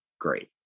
Great